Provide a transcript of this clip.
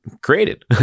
created